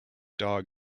dog